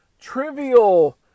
trivial